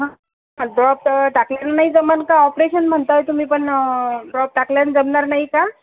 हा ड्रॉप टाकलेलं नाही जमन का ऑपरेशन म्हणताय तुम्ही पण ड्रॉप टाकल्यानं जमणार नाही का